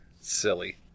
Silly